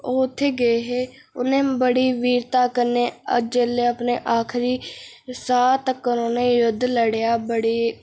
ओह् उत्थै गे हे उ'नें बड़ी वीरता कन्नै जेल्लै अपनी आखरी साह् तक्क उ'नें युद्ध लड़ेआ बाकी